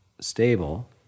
stable